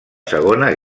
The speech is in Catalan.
segona